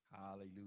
Hallelujah